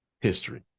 history